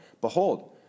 Behold